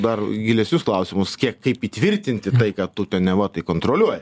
dar gilesnius klausimus kiek kaip įtvirtinti tai ką tu ten neva tai kontroliuoji